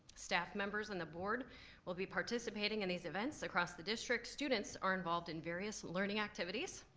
staff members on the board will be participating in these events across the district. students are involved in various learning activities.